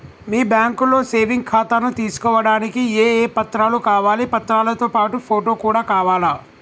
మీ బ్యాంకులో సేవింగ్ ఖాతాను తీసుకోవడానికి ఏ ఏ పత్రాలు కావాలి పత్రాలతో పాటు ఫోటో కూడా కావాలా?